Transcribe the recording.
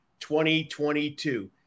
2022